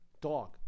dog